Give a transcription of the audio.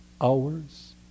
hours